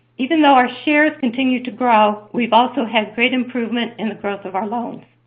even though our shares continue to grow, we've also had great improvement in the growth of our loans.